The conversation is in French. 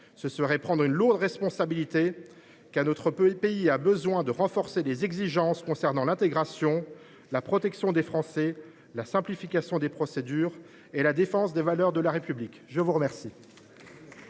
Ce serait prendre une lourde responsabilité, alors que notre pays a besoin de renforcer ses exigences en matière d’intégration, de protection des Français, de simplification des procédures et de défense des valeurs de la République. La parole